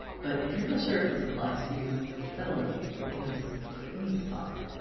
but if you're not sure if this applies to you, settle in! because we need to talk.